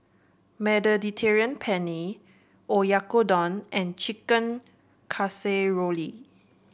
Mediterranean Penne Oyakodon and Chicken Casserole